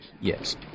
Yes